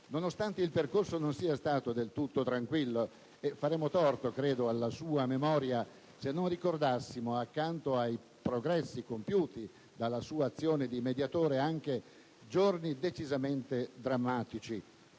nonostante il percorso non sia stato del tutto tranquillo e faremmo torto, credo, alla sua memoria se non ricordassimo, accanto ai progressi compiuti dalla sua azione di mediatore anche giorni decisamente drammatici.